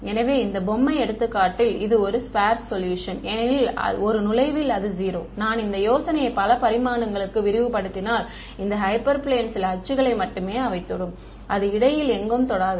எனவே இந்த பொம்மை எடுத்துக்காட்டில் இது ஒரு ஸ்பெர்ஸ் சொல்யூஷன் ஏனெனில் ஒரு நுழைவில் அது 0 நான் இந்த யோசனையை பல பரிமாணங்களுக்கு விரிவுபடுத்தினால் இந்த ஹைப்பர் பிளேன் சில அச்சுகளை மட்டுமே அவை தொடும் அது இடையில் எங்கும் தொடாது